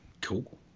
cool